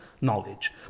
knowledge